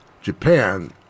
Japan